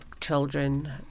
children